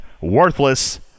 worthless